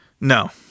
No